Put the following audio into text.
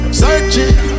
searching